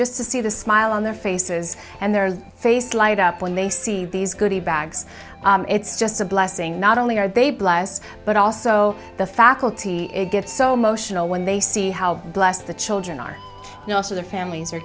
just to see the smile on their faces and their faces light up when they see these goody bags it's just a blessing not only are they blessed but also the faculty get so motional when they see how blessed the children are also their families are